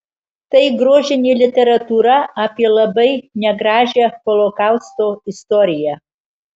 tai grožinė literatūra apie labai negražią holokausto istoriją